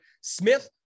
Smith